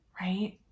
right